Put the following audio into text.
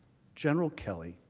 general kelly,